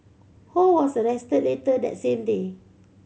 Ho was arrested later that same day